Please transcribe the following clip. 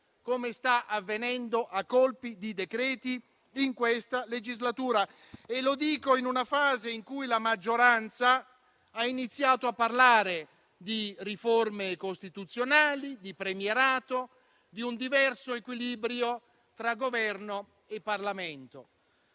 come sta avvenendo a colpi di decreti in questa legislatura. E lo dico in una fase in cui la maggioranza ha iniziato a parlare di riforme costituzionali, di premierato, di un diverso equilibrio tra Governo e Parlamento.